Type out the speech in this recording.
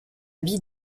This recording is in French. vie